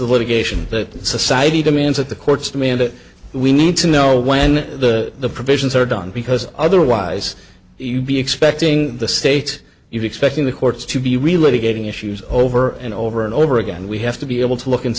litigation that society demands that the courts demand it we need to know when the provisions are done because otherwise you'd be expecting the state expecting the courts to be really getting issues over and over and over again we have to be able to look and